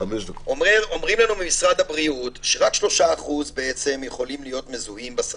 אומרים לנו ממשרד הבריאות שרק 3% יכולים להיות מזוהים בשדה.